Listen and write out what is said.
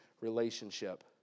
relationship